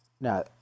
Now